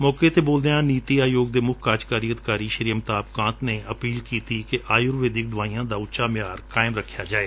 ਮੌਕੇ ਤੇ ਬੋਲਦਿਆਂ ਨੀਤੀ ਆਯੋਗ ਦੇ ਮੁੱਖ ਕਾਰਜਕਾਰੀ ਅਧਿਕਾਰੀ ਸ੍ਰੀ ਅਮਿਤਾਬ ਕਾਂਤ ਨੇ ਅਪੀਲ ਕੀਤੀ ਕਿ ਆਯੁਰਵੈਦਿਕ ਦਵਾਈਆਂ ਦਾ ਉੱਚਾ ਮਿਆਰ ਬਣਾਈ ਰਖਿਆ ਜਾਵੇ